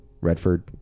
Redford